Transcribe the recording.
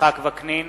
יצחק וקנין,